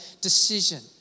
decision